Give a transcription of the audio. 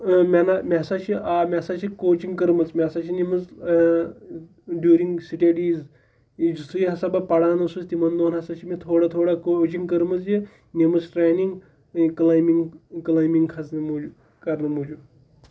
مےٚ نہ مےٚ ہَسا چھِ آ مےٚ ہَسا چھِ کوچِنٛگ کٔرمٕژ مےٚ ہَسا چھِ نِمٕژ ڈیوٗرِنٛگ سِٹَڈیٖز یِتھُے ہَسا بہٕ پَران اوسُس تِمَن دۄہَن ہَسا چھِ مےٚ تھوڑا تھوڑا کوچِنٛگ کٔرمٕژ یہِ نِمٕژ ٹرٛینِنٛگ کٕلایمبِنٛگ کٕلایمبِنٛگ کھَسنہٕ موٗجوٗب کَرنہٕ موٗجوٗب